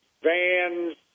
vans